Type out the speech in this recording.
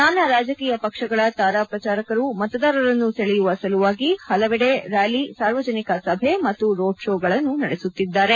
ನಾನಾ ರಾಜಕೀಯ ಪಕ್ಷಗಳ ತಾರಾ ಪ್ರಚಾರಕರು ಮತದಾರರನ್ನು ಸೆಳೆಯುವ ಸಲುವಾಗಿ ಹಲವೆಡೆ ರ್ನಾಲಿ ಸಾರ್ವಜನಿಕ ಸಭೆ ಮತ್ತು ರೋಡ್ ಶೋಗಳನ್ನು ನಡೆಸುತ್ತಿದ್ದಾರೆ